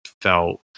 felt